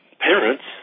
parents